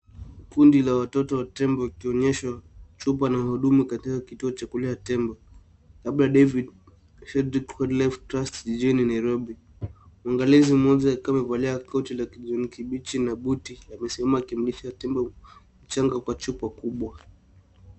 Kundi la watoto wa tembo likionyeshwa chupa na wahudumu katika kituo cha kulea tembo labda David Sheldrick Wildlife Trust jijini Nairobi. Mwangalizi mmoja akiwa amevalia koti la kijani kibichi na buti amesimama akimlisha tembo mchanga kwa chupa kubwa.